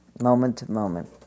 moment-to-moment